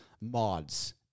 mods